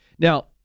Now